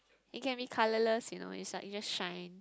it can be colourless you know is like you just shine